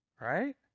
Right